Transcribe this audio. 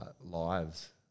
lives